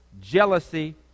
jealousy